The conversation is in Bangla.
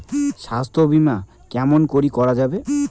স্বাস্থ্য বিমা কেমন করি করা যাবে?